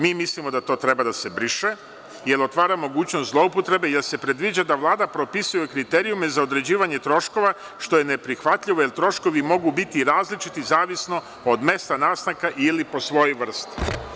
Mi mislimo da to treba da se briše jer otvara mogućnost zloupotrebe jer se predviđa da Vlada propisuje kriterijume za određivanje troškova, što je neprihvatljivo, jer troškovi mogu biti različiti zavisno od mesta nastanka ili po svojoj vrsti.